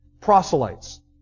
proselytes